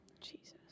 Jesus